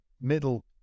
middle